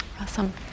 Awesome